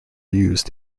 used